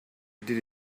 did